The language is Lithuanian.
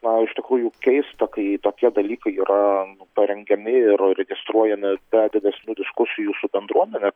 man iš tikrųjų keista kai tokie dalykai yra parengiami ir registruojami be didesnių diskusijų su bendruomene